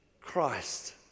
Christ